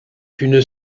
qu’une